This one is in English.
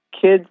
kids